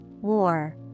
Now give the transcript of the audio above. war